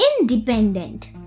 independent